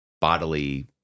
bodily